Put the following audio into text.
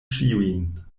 ĉiujn